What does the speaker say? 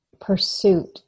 pursuit